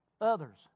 others